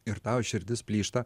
ir tau širdis plyšta